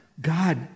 God